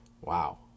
Wow